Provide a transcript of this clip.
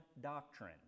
doctrine